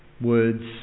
words